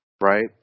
right